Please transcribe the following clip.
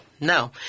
No